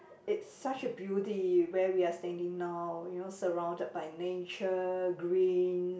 it's such a beauty where we are standing now you know surrounded by nature greens